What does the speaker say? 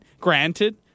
Granted